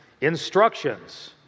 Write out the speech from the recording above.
instructions